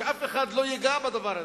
שאף אחד לא ייגע בדבר הזה.